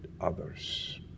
others